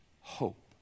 hope